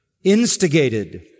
instigated